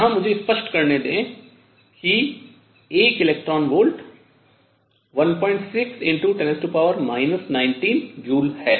यहाँ मुझे स्पष्ट करने दें कि 1 इलेक्ट्रॉन वोल्ट 16×10 19 जूल है